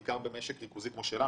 בעיקר במשק ריכוזי כמו שלנו?